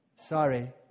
Sorry